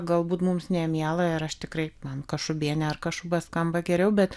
galbūt mums nemiela ir aš tikrai man kašubienė ar kašuba skamba geriau bet